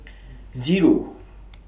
Zero